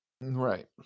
Right